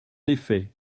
effet